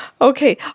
Okay